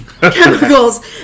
Chemicals